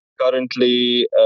currently